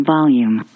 Volume